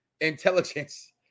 intelligence